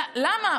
למה?